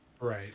right